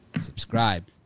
subscribe